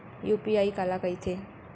UPI काला कहिथे?